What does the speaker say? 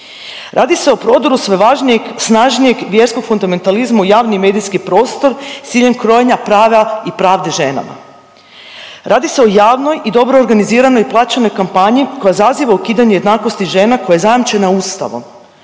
Radi se o prodoru sve važnijeg, snažnijeg vjerskog fundamentalizma u javni medijski prostor s ciljem krojenja prava i pravde ženama. Radi se o javnoj i dobro organiziranoj plaćenoj kampanji koja zaziva ukidanje jednakosti žena koja je zajamčena Ustavom